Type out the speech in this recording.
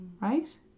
right